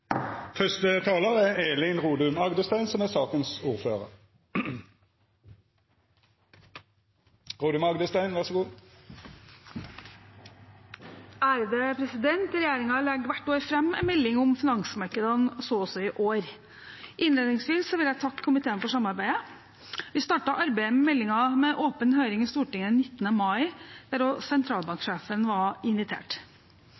legger hvert år fram en melding om finansmarkedene – så også i år. Innledningsvis vil jeg takke komiteen for samarbeidet. Vi startet arbeidet med meldingen med en åpen høring i Stortinget den 19. mai, der også sentralbanksjefen var invitert. Jeg viser til innstillingen og